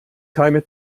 keine